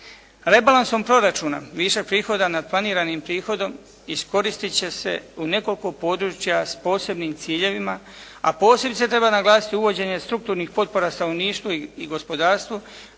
Rebalansom proračuna višak prihoda nad planiranim prihodom iskoristiti će se u nekoliko područja s posebnim ciljevima a posebice treba naglasiti uvođenje strukturnih potpora stanovništvu i gospodarstvo